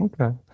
okay